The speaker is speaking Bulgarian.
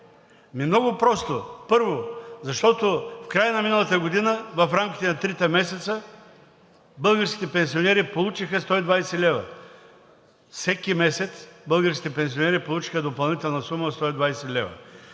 Много просто. Първо, защото в края на миналата година, в рамките на трите месеца, българските пенсионери получиха по 120 лв. Всеки месец българските пенсионери получаваха допълнителна сума от 120 лв.